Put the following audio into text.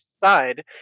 side